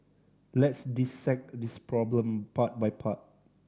let's dissect this problem part by part